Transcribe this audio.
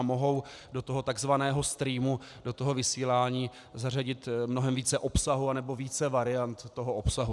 Mohou do toho takzvaného streamu, do vysílání, zařadit mnohem více obsahu, nebo více variant obsahu.